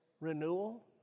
renewal